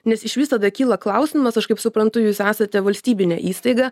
nes išvis tada kyla klausimas aš kaip suprantu jūs esate valstybinė įstaiga